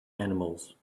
animals